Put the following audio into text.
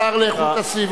השר לאיכות הסביבה,